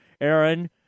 Aaron